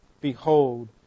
behold